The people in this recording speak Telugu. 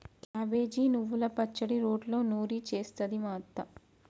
క్యాబేజి నువ్వల పచ్చడి రోట్లో నూరి చేస్తది మా అత్త